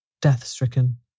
death-stricken